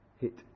hit